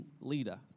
leader